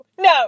no